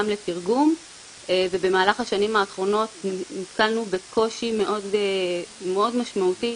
לתרגום ובמהלך השנים האחרונות נתקלנו בקושי מאוד משמעותי